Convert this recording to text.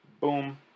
Boom